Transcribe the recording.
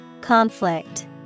Conflict